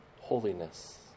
holiness